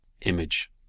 image